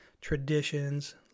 traditions